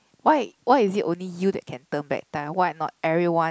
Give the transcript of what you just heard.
why why is it only you that can turn back time why not everyone